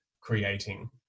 creating